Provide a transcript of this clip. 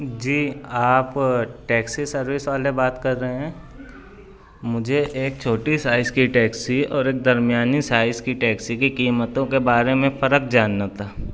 جی آپ taxi service والے بات کر رہے ہیں مجھے ایک چھوٹی سائز کی ٹیکسی اور ایک درمیانی سائز کی ٹیکسی کی قیمتوں کے بارے میں فرق جاننا تھا